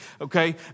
okay